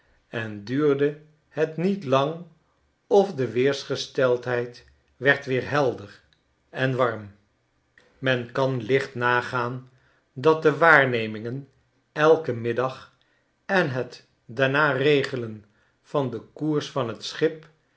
en duurde het niet lang of de weersgesteldheid werd weer helder en warm men kan licht nagaan dat de waarnemingen elken middag en het daarnaar regelen van den koers van t schip